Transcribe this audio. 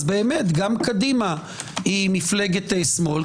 באמת גם קדימה מפלגת שמאל.